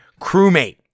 crewmate